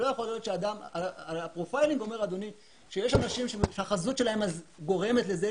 יכול להיות שיש אנשים שהחזות שלהם גורמת לזה